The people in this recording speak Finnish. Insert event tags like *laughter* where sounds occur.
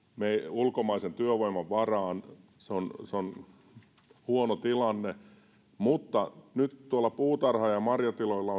ulkomaisen työvoiman varaan se on huono tilanne mutta nyt tuolla puutarha ja ja marjatiloilla *unintelligible*